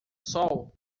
sol